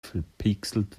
verpixelt